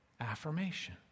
affirmation